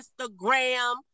Instagram